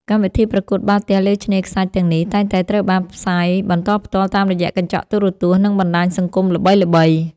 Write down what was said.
កម្មវិធីប្រកួតបាល់ទះលើឆ្នេរខ្សាច់ទាំងនេះ តែងតែត្រូវបានផ្សាយបន្តផ្ទាល់តាមរយៈកញ្ចក់ទូរទស្សន៍ និងបណ្ដាញសង្គមល្បីៗ។